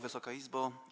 Wysoka Izbo!